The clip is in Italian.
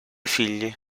figli